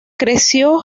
creció